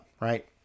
right